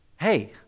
hey